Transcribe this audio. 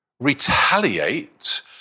retaliate